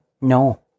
No